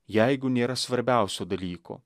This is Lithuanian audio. jeigu nėra svarbiausio dalyko